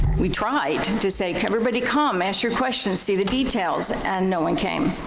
we tried and to say everybody come, ask your questions, see the details, and no one came.